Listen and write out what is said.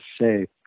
safe